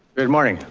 good morning,